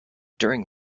during